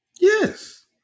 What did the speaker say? Yes